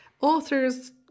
authors